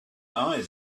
eyes